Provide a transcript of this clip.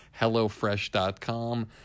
HelloFresh.com